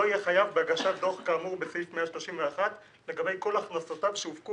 יהיה חייב בהגשת דוח כאמור בסעיף 131 לגבי כל הכנסותיו שהופקו